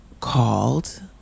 called